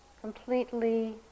completely